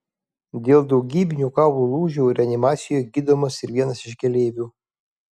dėl daugybinių kaulų lūžių reanimacijoje gydomas ir vienas iš keleivių